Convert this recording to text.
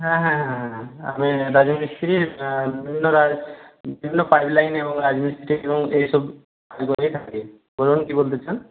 হ্যাঁ হ্যাঁ হ্যাঁ হ্যাঁ আমি রাজু মিস্ত্রি বিভিন্ন লাইন বিভিন্ন পাইপ লাইন এবং রাজমিস্ত্রি এবং এই সব কাজ করে থাকি বলুন কী বলতে চান